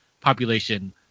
population